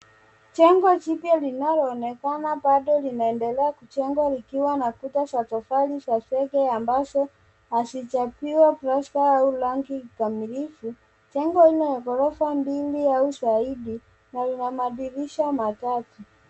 Jengo jipya linaloonekana bado linaendelea kujengwa likiwa na kuta za tofali za zege ambazo hazijapigwa plasta au rangi kamilifu. Jengo hilo lina ghorofa mbili au zaidi na lina madirisha matatu.